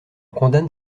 condamne